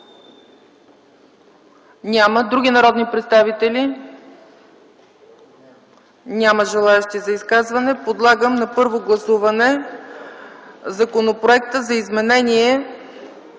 Няма. Други народни представители? Няма желаещи за изказване. Подлагам на първо гласуване Законопроект за изменение